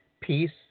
peace